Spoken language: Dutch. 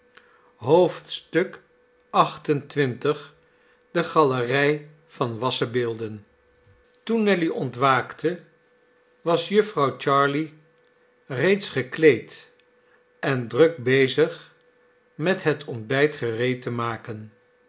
de galerij van wassen beelden toen nelly ontwaakte was jufvrouw jarley reeds gekleed en druk bezig met het ontbijt gereed te maken